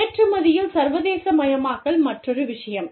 ஏற்றுமதியில் சர்வதேசமயமாக்கல் மற்றொரு விஷயம்